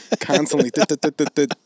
constantly